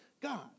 God